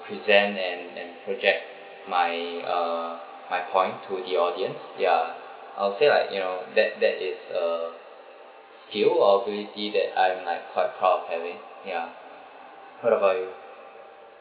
present and and project my uh my point to the audience ya I'll say like you know that that is uh skill or ability that I'm like quite proud of having ya what about you